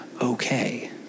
okay